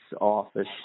office